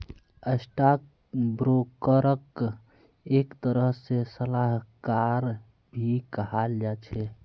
stock ब्रोकरक एक तरह से सलाहकार भी कहाल जा छे